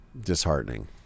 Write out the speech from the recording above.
disheartening